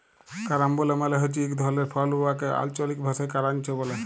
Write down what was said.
carambola মালে হছে ইক ধরলের ফল উয়াকে আল্চলিক ভাষায় কারান্চ ব্যলে